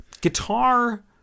guitar